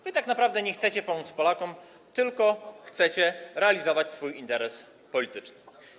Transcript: Wy tak naprawdę nie chcecie pomóc Polakom, tylko chcecie realizować swój interes polityczny.